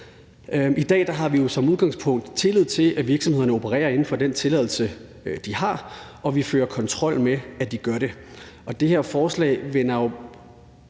I dag har vi som udgangspunkt tillid til, at virksomhederne opererer inden for den tilladelsen de har, og vi fører kontrol med, at de gør det. Det her forslag vender jo